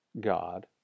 God